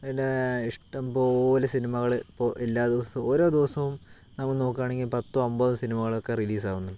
പിന്നേ ഇഷ്ടംപോലെ സിനിമകൾ ഇപ്പോൾ എല്ലാ ദിവസവും ഓരോ ദിവസവും നമ്മൾ നോക്കുകയാണെങ്കിൽ പത്തും അമ്പതും സിനിമകളൊക്കെ റിലീസാവുന്നുണ്ട്